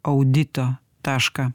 audito tašką